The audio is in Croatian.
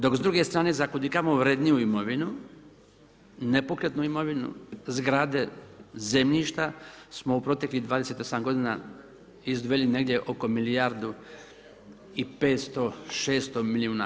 Dok s druge strane za kud i kamo vrjedniju imovinu nepokretnu imovinu, zgrade, zemljišta, smo u proteklih 28 g. izdvojili negdje oko milijardu i 500-600 milijuna